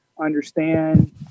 Understand